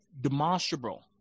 demonstrable